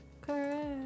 Correct